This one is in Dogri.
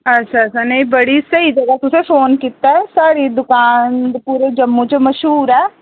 अच्छा अच्छा नेईं बड़ी स्हेई जगह तुसें फोन कीता ऐ साढ़ी दुकान पूरे जम्मू च मश्हूर ऐ